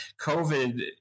COVID